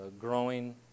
growing